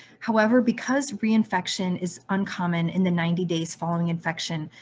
however, because reinfection is uncommon in the ninety days following infection,